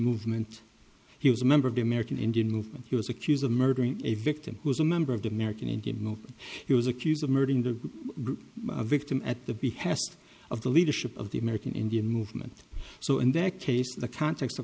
movement he was a member of the american indian movement who was accused of murdering a victim who is a member of the american indian movement he was accused of murdering the victim at the behest of the leadership of the american indian movement so in that case in the context of